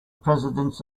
presidents